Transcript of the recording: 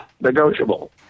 Negotiable